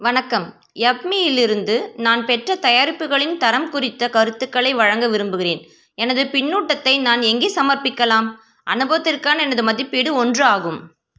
வணக்கம் யப்மீயிலிருந்து நான் பெற்ற தயாரிப்புகளின் தரம் குறித்த கருத்துக்களை வழங்க விரும்புகிறேன் எனது பின்னூட்டத்தை நான் எங்கே சமர்ப்பிக்கலாம் அனுபவத்திற்கான எனது மதிப்பீடு ஒன்று ஆகும்